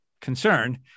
concern